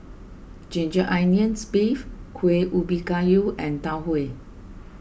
Ginger Onions Beef Kueh Ubi Kayu and Tau Huay